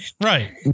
Right